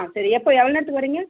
சரி எப்போ எவ்வளோ நேரத்துக்கு வரீங்க